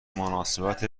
مناسبت